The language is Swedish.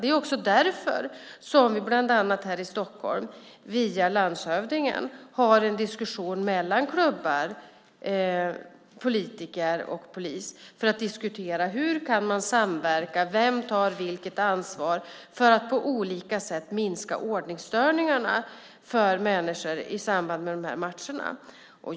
Det är också därför som vi bland annat här i Stockholm via landshövdingen har en diskussion mellan klubbar, politiker och polis för att diskutera hur man kan samverka, vem som tar vilket ansvar, för att på olika sätt minska ordningsstörningarna för människor i samband med matcher.